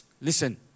listen